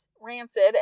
rancid